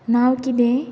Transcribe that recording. नांव कितें